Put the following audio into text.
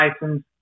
license